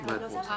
מהנוסח המוצע.